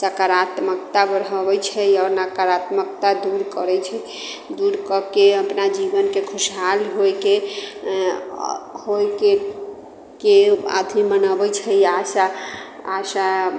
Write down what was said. सकारात्मकता बढ़ाबैत छै आओर नकारात्मकता दूर करैत छै दूर कऽ के अपना जीवनके खुशहाल होइके होइके के अथि मनाबैत छै आशा आशा